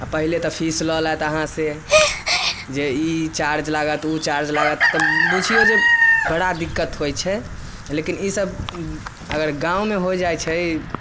आओर पहिले तऽ फीस लअ लेत अहाँसँ जे ई चार्ज लागत उ चार्ज लागत तऽ बुझियौ जे बड़ा दिक्कत होइ छै लेकिन ई सभ अगर गाँवमे हो जाइ छै